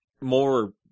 more